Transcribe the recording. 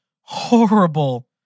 horrible